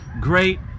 great